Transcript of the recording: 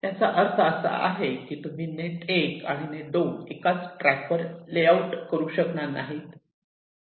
याचा अर्थ असा आहे की तुम्ही नेट 1 आणि नेट 2 एकाच ट्रॅक वर लेआउट करू शकणार नाहीत